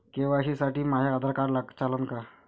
KYC साठी माह्य Aadhaar card चालन का?